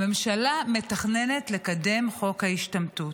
הממשלה מתכננת לקדם את חוק ההשתמטות.